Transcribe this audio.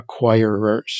acquirers